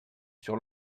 sur